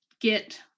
get